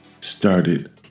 started